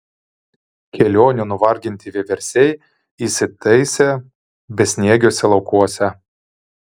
kelionių nuvarginti vieversiai įsitaisė besniegiuose laukuose